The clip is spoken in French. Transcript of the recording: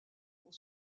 pour